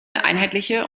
einheitliche